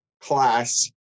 class